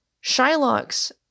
Shylock's